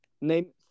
name